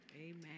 Amen